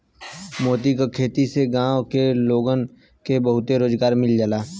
मोती क खेती से गांव के लोगन के बहुते रोजगार मिल जाला